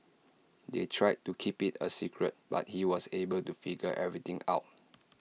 they tried to keep IT A secret but he was able to figure everything out